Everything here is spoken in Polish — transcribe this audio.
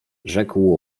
rzekł